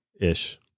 ish